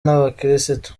n’abakirisitu